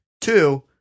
Two